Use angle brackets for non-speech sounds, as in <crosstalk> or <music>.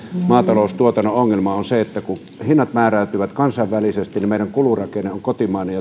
maataloustuotannon ongelmista on se että kun hinnat määräytyvät kansainvälisesti niin meidän kulurakenne on kotimainen <unintelligible>